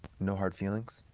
no hard feelings.